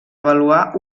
avaluar